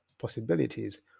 possibilities